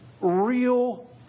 Real